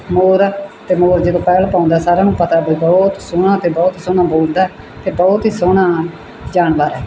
ਮੋਰ ਅਤੇ ਮੋਰ ਜਦੋਂ ਪੈਲ ਪਾਉਂਦਾ ਸਾਰਿਆਂ ਨੂੰ ਪਤਾ ਵੀ ਬਹੁਤ ਸੋਹਣਾ ਅਤੇ ਬਹੁਤ ਸੋਹਣਾ ਬੋਲਦਾ ਅਤੇ ਬਹੁਤ ਹੀ ਸੋਹਣਾ ਜਾਨਵਰ ਹੈ